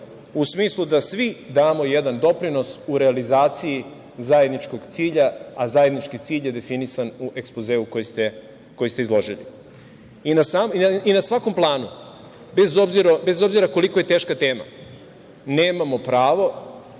u smislu da svi damo jedan doprinos u realizaciji zajedničkog cilja, a zajednički cilj je definisan u ekspozeu koji ste izložili. Na svakom planu, bez obzira koliko je teška tema, nemamo pravo,